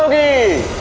a